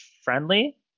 friendly